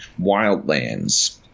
Wildlands